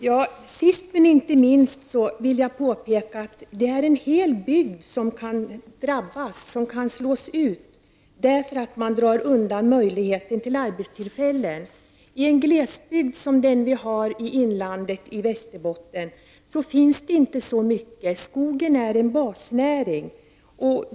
Herr talman! Sist men inte minst vill jag påpeka att en hel bygd kan drabbas och slås ut därför att man drar undan möjligheten till arbetstillfällen. I en glesbygd såsom den i inlandet i Västerbotten finns det inte så många arbetstillfällen. Skogen är en basnäring.